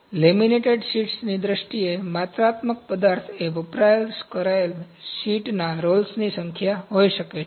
તેથી લેમિનેટેડ શીટ્સની દ્રષ્ટિએ માત્રાત્મક પદાર્થ એ વપરાશ કરેલ શીટના રોલ્સની સંખ્યા હોઈ શકે છે